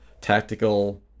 tactical